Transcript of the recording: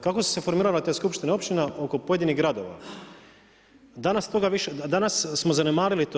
Kako su se formirale skupštine općina oko pojedinih gradova, a danas smo zanemarili to.